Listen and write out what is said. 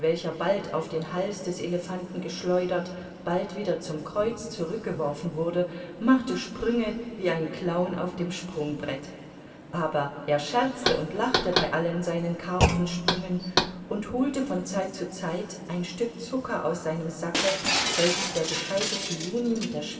bald auf den hals des elephanten geschleudert bald wieder zum kreuz zurückgeworfen wurde machte sprünge wie ein clown auf dem sprungbrett aber er scherzte und lachte bei allen seinen karpfensprüngen und holte von zeit zu zeit ein stück zucker aus seinem sacke welches der gescheite kiuni mit der